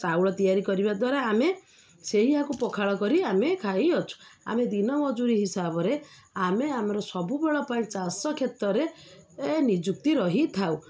ଚାଉଳ ତିଆରି କରିବା ଦ୍ୱାରା ଆମେ ସେଇୟାକୁ ପଖାଳ କରି ଆମେ ଖାଇଅଛୁ ଆମେ ଦିନ ମଜୁୁରୀ ହିସାବରେ ଆମେ ଆମର ସବୁବେଳ ପାଇଁ ଚାଷ କ୍ଷେତ୍ରରେ ନିଯୁକ୍ତି ରହିଥାଉ